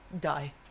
Die